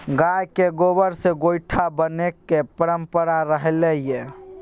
गायक गोबर सँ गोयठा बनेबाक परंपरा रहलै यै